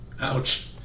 ouch